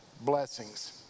blessings